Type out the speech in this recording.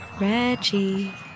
Reggie